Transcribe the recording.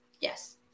Yes